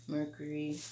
Mercury